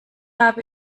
hab